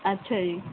ਅੱਛਾ ਜੀ